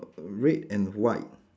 red and white